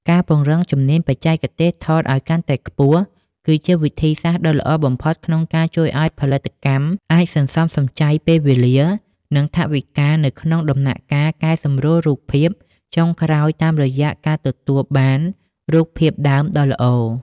ការពង្រឹងជំនាញបច្ចេកទេសថតឱ្យកាន់តែខ្ពស់ គឺជាវិធីសាស្ត្រដ៏ល្អបំផុតក្នុងការជួយឱ្យផលិតកម្មអាចសន្សំសំចៃពេលវេលា និងថវិកានៅក្នុងដំណាក់កាលកែសម្រួលរូបភាពចុងក្រោយតាមរយៈការទទួលបានរូបភាពដើមដ៏ល្អ។